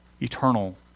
eternal